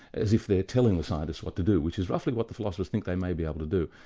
as if they're telling the scientists what to do, which is roughly what the philosophers think they may be able to do.